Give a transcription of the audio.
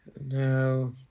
No